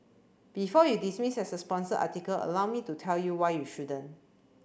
before you dismiss this as a sponsored article allow me to tell you why you shouldn't